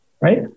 right